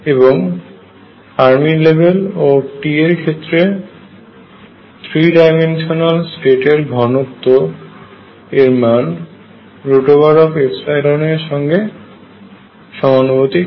এবং Fermi level ও T এর ক্ষেত্রে থ্রি ডাইমেনশনাল স্টেটের ঘনত্ব এর মান এর সঙ্গে সমানুপাতিক হয়